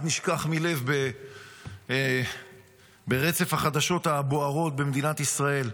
נשכח ברצף החדשות הבוערות במדינת ישראל.